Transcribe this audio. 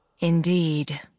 Indeed